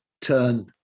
turn